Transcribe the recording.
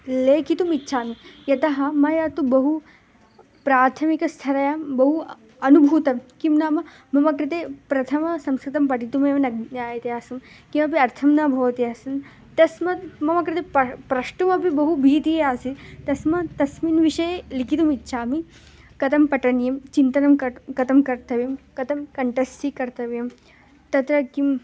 लेखितुमिच्छामि यतः मया तु बहु प्राथमिकस्थरायां बहु अनुभूतं किं नाम मम कृते प्रथमं संस्कृतं पठितुमेव न ज्ञायते आसं किमपि अर्थः न भवति आसन् तस्मात् मम कृते प प्रष्टुमपि बहु भीतिः आसीत् तस्मात् तस्मिन् विषये लेखितुमिच्छामि कथं पठनीयं चिन्तनं कथं कथं कर्तव्यं कथं कण्ठस्थीकर्तव्यम् तत्र किं